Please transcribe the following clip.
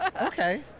Okay